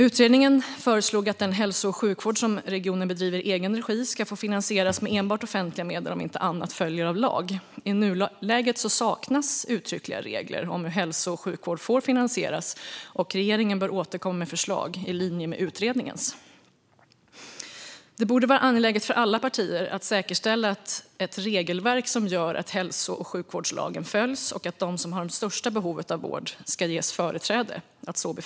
Utredningen föreslog att den hälso och sjukvård som regionen bedriver i egen regi ska få finansieras med enbart offentliga medel om inte annat följer av lag. I nuläget saknas uttryckliga regler om hur hälso och sjukvård får finansieras, och regeringen bör återkomma med förslag i linje med utredningens. Det borde vara angeläget för alla partier att säkerställa ett regelverk som gör att hälso och sjukvårdslagen följs och att de som har det största behovet av vård ska ges företräde.